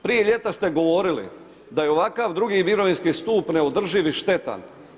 Prije ljeta ste govorili da je ovakav drugi mirovinski stup neodrživi i štetan.